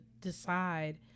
decide